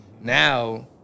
now